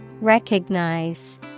Recognize